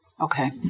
Okay